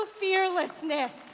fearlessness